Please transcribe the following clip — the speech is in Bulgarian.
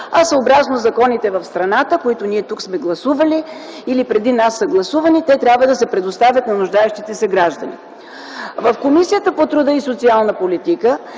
а съобразно законите в страната, които всички тук сме гласували или преди нас са гласували, трябва да се предоставят на нуждаещите се граждани. В Комисията по труда и социалната политика